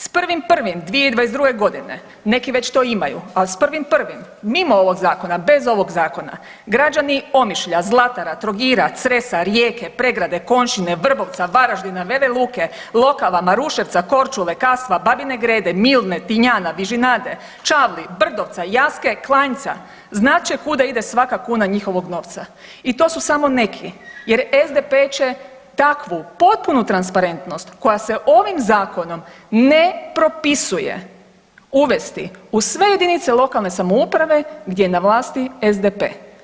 S 1.1.2022.g. neki već to imaju, ali s 1.1. mimo ovog zakona, bez ovog zakona građani Omišlja, Zlatara, Trogira, Cresa, Rijeke, Pregrade, Konjščine, Vrbovca, Varaždina, Vele Luke, Lokava, Maruševca, Koručule, Kastva, Babine Grede, Milne, Tinjana, Vižinade, Čavli, Brdovca, Jaske, Klanjca znat će kuda ide svaka kuna njihovog novca i to su samo neki jer SDP će takvu, potpunu transparentnost koja se ovim zakonom ne propisuje uvesti u sve jedinice lokalne samouprave gdje je na vlasti SDP.